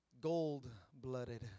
gold-blooded